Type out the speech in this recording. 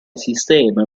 sistema